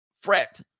fret